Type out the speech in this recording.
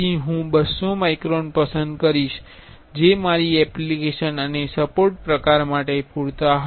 તેથી હું 200 માઇક્રોન પસંદ કરીશ જે મારી એપ્લિકેશન અને સપોર્ટ પ્રકાર માટે પૂરતા હશે